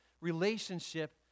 relationship